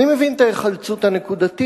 אני מבין את ההיחלצות הנקודתית.